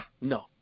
no